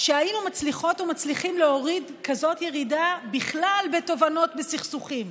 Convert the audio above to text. שהיינו מצליחות ומצליחים להוריד כזאת ירידה בכלל בתובענות בסכסוכים.